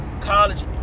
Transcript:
college